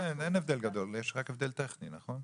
אין הבדל גדול, יש רק הבדל טכני, נכון?